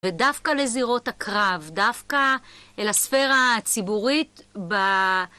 ודווקא לזירות הקרב, דווקא לספירה הציבורית ב..